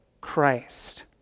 Christ